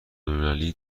المللی